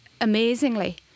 amazingly